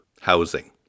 housing